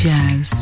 Jazz